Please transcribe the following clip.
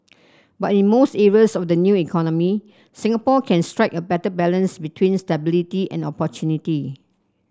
but in most areas of the new economy Singapore can strike a better balance between stability and opportunity